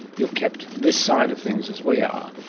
you're kept this side of things, as we are.